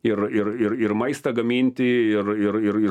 ir ir ir ir maistą gaminti ir ir ir ir